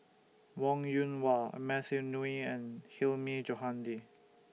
Wong Yoon Wah Matthew Ngui and Hilmi Johandi